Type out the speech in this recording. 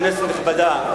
כנסת נכבדה,